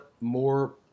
more